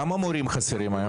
כמה מורים חסרים היום?